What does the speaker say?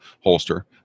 holster